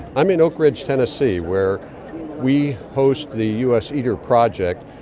i'm in oak ridge tennessee where we host the us iter project,